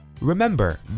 Remember